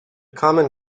common